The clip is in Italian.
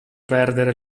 perdere